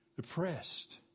depressed